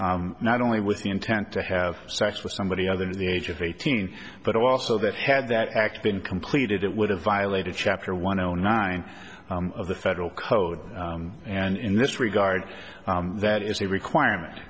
travel not only with the intent to have sex with somebody other than the age of eighteen but also that had that act been completed it would have violated chapter one o nine of the federal code and in this regard that is a requirement